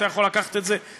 אתה יכול לקחת את זה כמשימה,